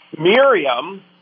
Miriam